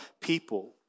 people